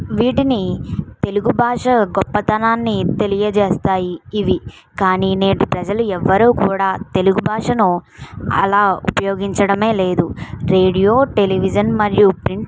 వీటిని తెలుగు భాష గొప్పతనాన్ని తెలియజేస్తాయి ఇవి కానీ నేటి ప్రజలు ఎవ్వరు కూడా తెలుగు భాషను అలా ఉపయోగించడమే లేదు రేడియో టెలివిజన్ మరియు ప్రింట్